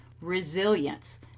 resilience